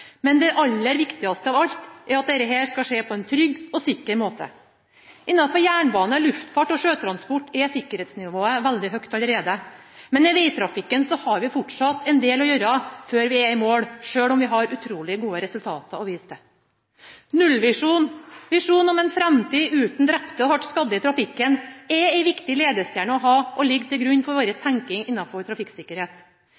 Men det aller viktigste er at det skal skje på en trygg og sikker måte. Innenfor jernbane, luftfart og sjøtransport er sikkerhetsnivået veldig høyt allerede, men i vegtrafikken har vi fortsatt en del å gjøre før vi er i mål – selv om vi har utrolig gode resultater å vise til. Nullvisjonen – visjonen om en framtid uten drepte og hardt skadde i trafikken – er en viktig ledestjerne å ha og ligger til grunn for